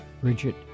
Bridget